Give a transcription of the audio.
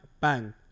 Bang